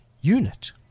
unit